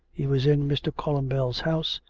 he was in mr. columbell's house.